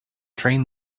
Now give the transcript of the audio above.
train